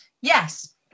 yes